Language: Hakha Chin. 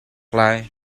lai